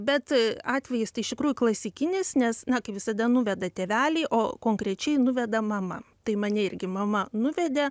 bet atvejis tai iš tikrųjų klasikinis nes na kaip visada nuveda tėveliai o konkrečiai nuveda mama tai mane irgi mama nuvedė